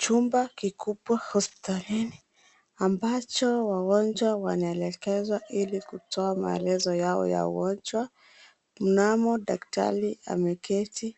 Chumba kikubwa hospitalini ambacho wagonjwa wanaelekezwa ili kutoa maelezo yao ya magonjwa , mnamo daktari amelketi